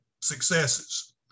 successes